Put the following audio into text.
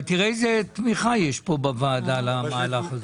אבל תראה איזה תמיכה יש פה בוועדה למהלך הזה.